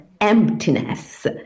emptiness